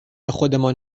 خودمان